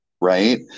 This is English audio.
Right